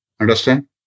Understand